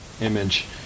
image